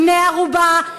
בני-ערובה,